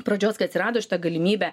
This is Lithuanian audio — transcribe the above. pradžios kai atsirado šita galimybė